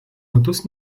metus